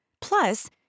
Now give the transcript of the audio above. Plus